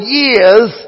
years